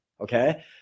okay